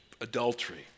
adultery